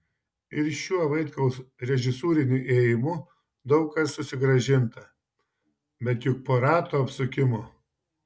ir šiuo vaitkaus režisūriniu ėjimu daug kas susigrąžinta bet juk po rato apsukimo